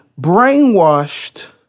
brainwashed